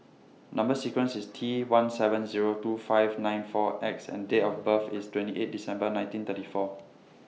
Number sequence IS T one seven Zero two five nine four X and Date of birth IS twenty eight December nineteen thirty four